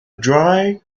dry